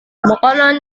makanan